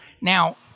Now